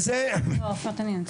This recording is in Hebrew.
בסדר אין בעיה על חשבון נעמה.